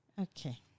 Okay